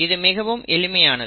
இது மிகவும் எளிமையானது